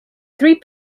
three